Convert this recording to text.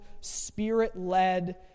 spirit-led